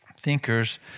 thinkers